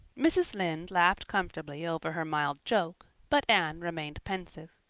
mrs. lynde laughed comfortably over her mild joke, but anne remained pensive.